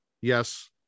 Yes